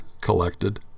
collected